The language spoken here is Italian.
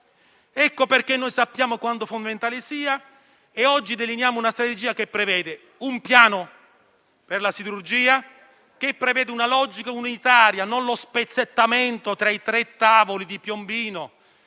Ecco perché noi sappiamo quanto fondamentale sia e oggi delineiamo una strategia che prevede un piano per la siderurgia, una logica unitaria (non lo spezzettamento tra i tre tavoli di Piombino,